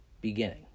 beginning